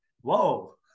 Whoa